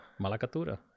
Malacatura